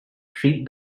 treat